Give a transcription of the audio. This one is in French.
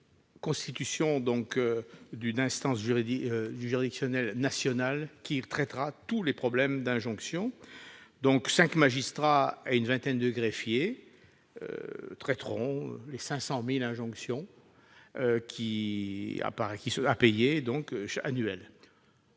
constitution d'une instance juridictionnelle nationale qui sera saisie de tous les problèmes d'injonction : cinq magistrats et une vingtaine de greffiers traiteront les 500 000 procédures annuelles